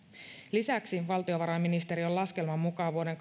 lisäksi valtiovarainministeriön laskelman mukaan vuoden